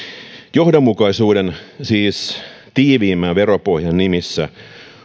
johdonmukaisuuden siis tiiviimmän veropohjan nimissä